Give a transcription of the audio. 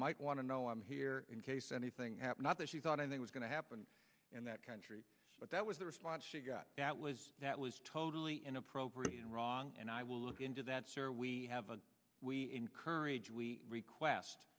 might want to know i'm here in case anything happened out there she thought i was going to happen in that country but that was the response she got that was that was totally inappropriate and wrong and i will look into that sir we have a we encourage we request